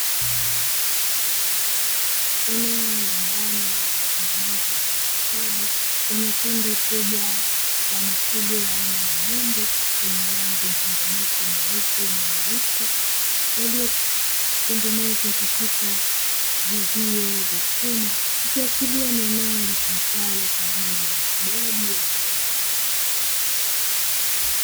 Eneo la ndani lililotengenezwa kwa ustadi lenye kundi kubwa la mifugo aina ya ng'ombe wenye rangi mchanganyiko nyeupe na nyeusi, waliotenganishwa katika vizio vya chuma ikiashiria ni eneo litumikalo katika ufugaji wa viwanda.